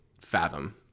fathom